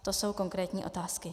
To jsou konkrétní otázky.